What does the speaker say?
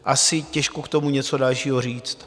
Asi těžko k tomu něco dalšího říct.